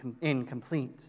incomplete